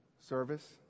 service